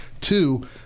two